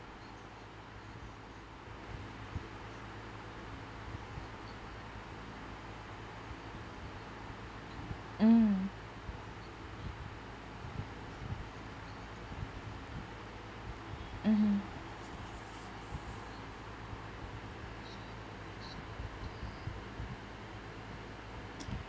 mm mmhmm